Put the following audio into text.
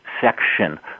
section